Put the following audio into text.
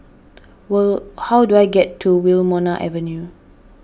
well how do I get to Wilmonar Avenue